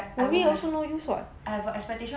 worry also no use [what]